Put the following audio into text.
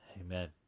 Amen